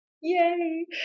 Yay